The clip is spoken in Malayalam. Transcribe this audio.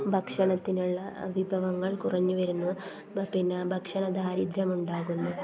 ഭക്ഷണത്തിനുള്ള വിഭവങ്ങൾ കുറഞ്ഞ് വരുന്നു പിന്നെ ഭക്ഷണ ദാരിദ്ര്യമുണ്ടാകുന്നു